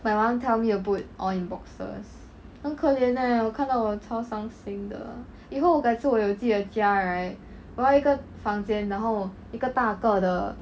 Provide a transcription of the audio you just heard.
my mum tell me to put all in boxes 很可怜 eh 我看到我超伤心的以后我改次有自己的家 right 我要一个房间然后一个大个的